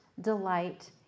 delight